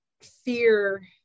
fear